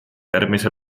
järgmise